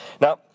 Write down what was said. Now